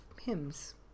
hymns